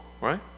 right